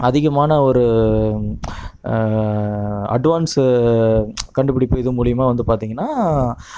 அதிகமான ஒரு அட்வான்ஸ் கண்டுபிடிப்பு இது மூலியமாக வந்து பார்த்திங்கன்னா